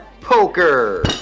poker